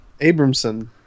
Abramson